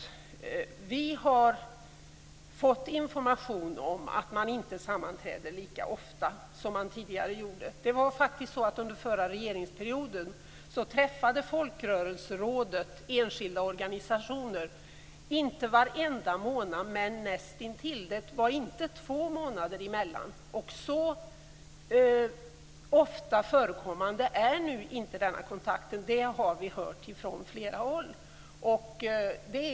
Det har framkommit information om att det inte sammanträder lika ofta som tidigare. Under den förra regeringsperioden träffade Folkrörelserådet enskilda organisationer inte varenda månad, men näst intill. Det gick inte ens två månader mellan mötena. Så ofta förekommande är inte den kontakten nu - det har vi hört från flera håll.